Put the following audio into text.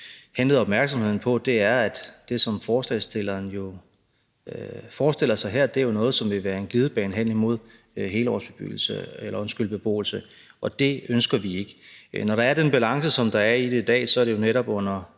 henledte opmærksomheden på, var, at det, som forslagsstillerne forestiller sig her, jo er noget, som vil være en glidebane hen imod helårsbeboelse, og det ønsker vi ikke. Når der er den balance, der er i det i dag, er det jo netop under